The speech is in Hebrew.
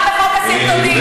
גם לחוק הסרטונים,